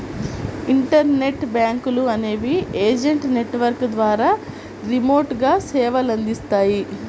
internet బ్యాంకులు అనేవి agent network ద్వారా రిమోట్గా సేవలనందిస్తాయి